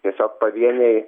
tiesiog pavieniai